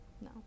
No